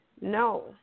No